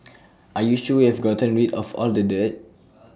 are you sure we've gotten rid of all the dirt